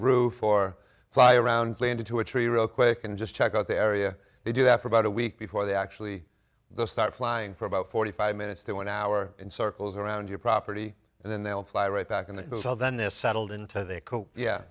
roof or fly around into a tree real quick and just check out the area they do that for about a week before they actually the start flying for about forty five minutes to an hour in circles around your property and then they'll fly right back in the cell then this settled into their coat yeah